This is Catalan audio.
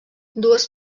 dues